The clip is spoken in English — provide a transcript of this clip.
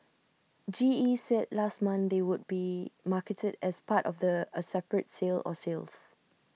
G E said last month they would be marketed as part of A separate sale or sales